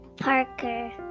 Parker